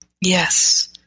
yes